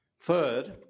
Third